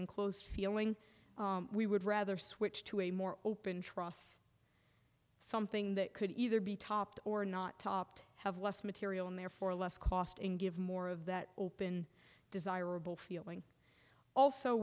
enclosed feeling we would rather switch to a more open truss something that could either be topped or not topped have less material and therefore less cost and give more of that open desirable feeling also